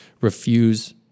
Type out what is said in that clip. Refuse